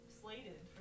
slated